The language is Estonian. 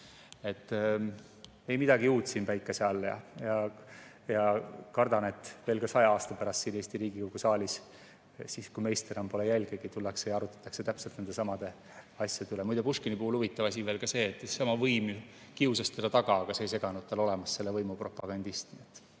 et ei midagi uut siin päikese all. Ma kardan, et veel ka 100 aasta pärast siin Eesti Riigikogu saalis, siis kui meist enam pole jälgegi, tullakse ja arutatakse täpselt nendesamade asjade üle. Muide, Puškini puhul on huvitav asi veel see, et seesama võim kiusas teda taga, aga see ei seganud tal olemast selle võimu propagandist.